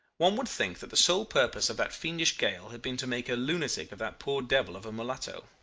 one would think that the sole purpose of that fiendish gale had been to make a lunatic of that poor devil of a mulatto.